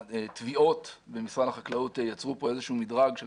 התביעות במשרד החקלאות יצרו כאן איזשהו מדרג של